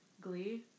Glee